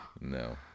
No